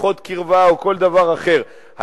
שיחות קרבה או כל דבר אחד,